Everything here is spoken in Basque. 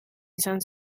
izan